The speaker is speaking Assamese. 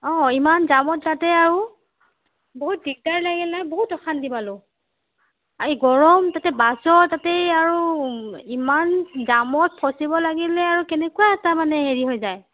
অঁ ইমান জামত যাওঁতে আৰু বহুত দিগদাৰ লাগিলে বহুত অশান্তি পালোঁ এই গৰম তাতে বাছত তাতে আৰু ইমান জামত ফচিব লাগিলে মানে কেনেকুৱা এটা হেৰি হৈ যায়